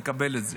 מקבל את זה.